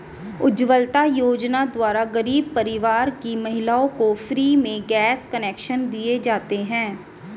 उज्जवला योजना द्वारा गरीब परिवार की महिलाओं को फ्री में गैस कनेक्शन दिए जाते है